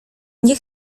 nie